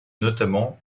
notamment